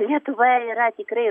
lietuva yra tikrai